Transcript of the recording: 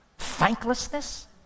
thanklessness